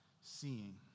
seeing